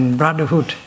brotherhood